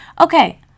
Okay